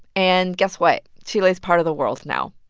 and guess what? chile's part of the world now.